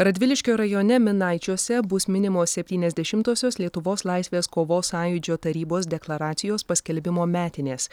radviliškio rajone minaičiuose bus minimos septyniasdešimtosios lietuvos laisvės kovos sąjūdžio tarybos deklaracijos paskelbimo metinės